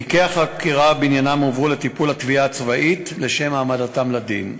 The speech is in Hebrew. תיקי החקירה בעניינם הועברו לטיפול התביעה הצבאית לשם העמדתם לדין.